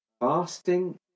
Fasting